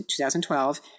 2012